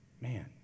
Man